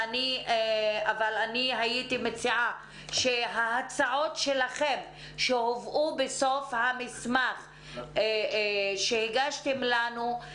אבל אני הייתי מציעה שההצעות שלכם שהובאו בסוף המסמך שהגשתם לנו,